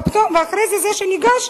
ואחרי זה זה שניגש,